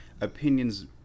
opinions